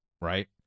right